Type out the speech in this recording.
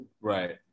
right